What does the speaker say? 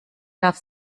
darf